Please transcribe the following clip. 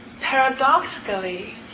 Paradoxically